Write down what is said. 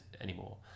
anymore